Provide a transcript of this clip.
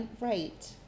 Right